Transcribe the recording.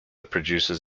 produces